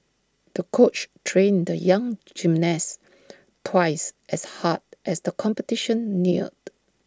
the coach trained the young gymnast twice as hard as the competition neared